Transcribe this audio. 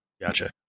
Gotcha